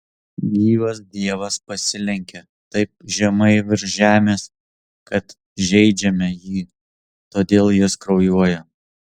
gyvas dievas pasilenkia taip žemai virš žemės kad žeidžiame jį todėl jis kraujuoja